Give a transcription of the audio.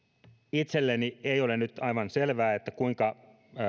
itselleni ei ole nyt aivan selvää kuinka